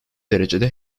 derecede